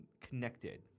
connected